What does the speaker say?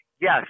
Yes